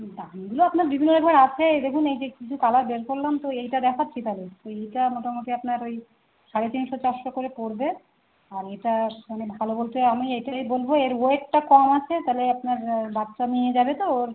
বাকিগুলো আপনার বিভিন্ন এবার আছে দেখুন এই যে কিছু কালার বের করলাম তো এইটা দেখাচ্ছি তাহলে এইটা মোটামুটি আপনার ওই সাড়ে তিনশো চারশো করে পড়বে আর এটা সামনে ভালো বলতে আমি এইটাই বলবো এর ওয়েটটা কম আছে তাহলে আপনার বাচ্চা নিয়ে যাবে তো